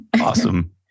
Awesome